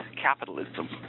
capitalism